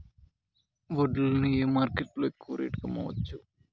వడ్లు ని ఏ మార్కెట్ లో ఎక్కువగా రేటు కి అమ్మవచ్చు?